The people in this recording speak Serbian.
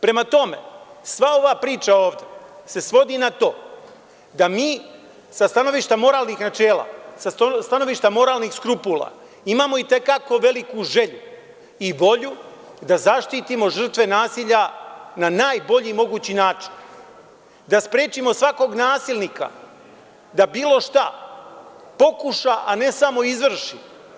Prema tome, sva ova priča se svodi na to da mi sa stanovišta moralnih načela, sa stanovišta moralnih skrupula imamo itekako veliku želju i volju da zaštitimo žrtve nasilja na najbolji mogući način, da sprečimo svakog nasilnika da bilo šta pokuša, a ne samo izvrši.